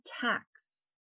tax